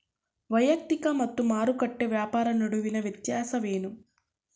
ವೈಯಕ್ತಿಕ ಮತ್ತು ಮಾರುಕಟ್ಟೆ ವ್ಯಾಪಾರ ನಡುವಿನ ವ್ಯತ್ಯಾಸವೇನು?